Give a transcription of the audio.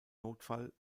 notfall